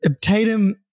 Tatum